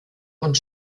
und